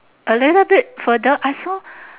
a little bit further I saw